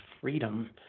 freedom